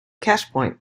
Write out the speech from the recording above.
cashpoint